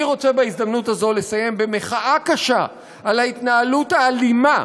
אני רוצה בהזדמנות הזו לסיים במחאה קשה על ההתנהלות האלימה,